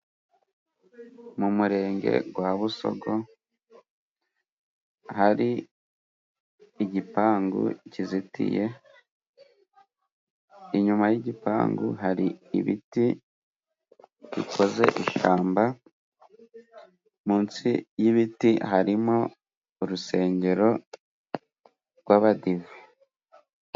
Mu murenge gwa busogo hari igipangu kizitiye, inyuma y'igipangu hari ibiti bikoze i ishamba, munsi y'ibiti harimo urusengero rw'abadiva.